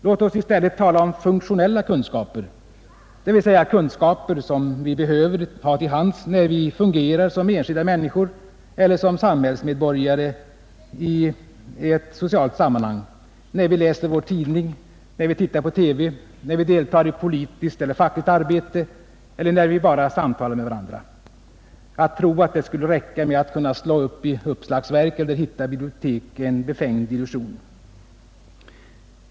Låt oss i stället tala om funktionella kunskaper, dvs. kunskaper som vi behöver ha till hands när vi fungerar som enskilda människor eller som samhällsmedborgare i ett socialt sammanhang, när vi läser vår tidning, tittar på TV, deltar i politiskt eller fackligt arbete eller när vi bara samtalar med varandra. Att tro att det räcker med att kunna slå upp i ett uppslagsverk eller hitta i ett bibliotek är en befängd illusion.